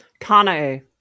Kanae